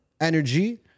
energy